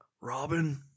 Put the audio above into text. Robin